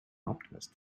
optimist